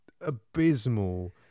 Abysmal